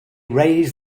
raise